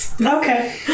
Okay